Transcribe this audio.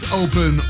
open